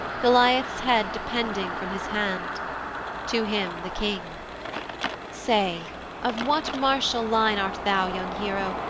goliath's head depending from his hand to him the king say of what martial line art thou, young hero,